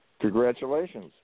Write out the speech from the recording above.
Congratulations